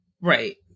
Right